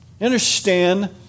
Understand